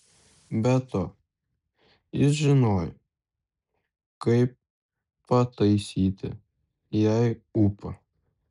be to jis žinojo kaip pataisyti jai ūpą